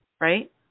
right